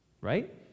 right